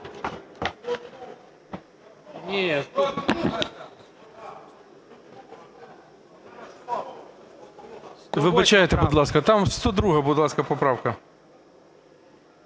Вибачайте, будь ласка, там 102-а, будь ласка, поправка.